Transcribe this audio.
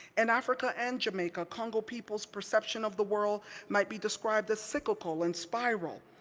and africa and jamaica, kongo people's perception of the world might be described as cyclical and spiral.